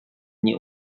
nie